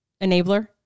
Enabler